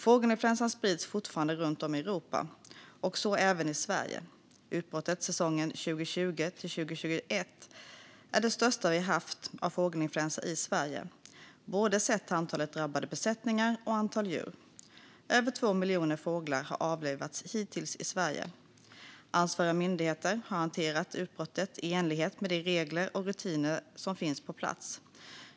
Fågelinfluensan sprids fortfarande runt om i Europa och så även i Sverige. Utbrottet säsongen 2020-2021 är det största vi har haft av fågelinfluensa i Sverige, både sett till antal drabbade besättningar och till antal djur. Över två miljoner fåglar har avlivats hittills i Sverige. Ansvariga myndigheter har hanterat utbrotten i enlighet med de regler och rutiner som finns på plats.